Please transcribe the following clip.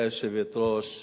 גברתי היושבת-ראש,